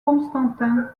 constantin